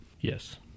Yes